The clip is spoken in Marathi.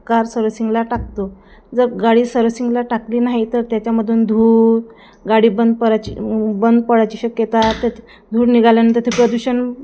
कार सर्व्हिसिंगला टाकतो जर गाडी सर्व्हिसिंगला टाकली नाही तर त्याच्यामधून धूर गाडी बंद पडायची बंद पडायची शक्यता त्यात धूर निघाल्यानंतर ते प्रदूषण